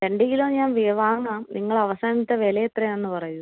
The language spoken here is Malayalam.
രണ്ട് കിലൊ ഞാൻ വാങ്ങാം നിങ്ങൾ അവസാനത്തെ വില എത്രയാണെന്ന് പറയൂ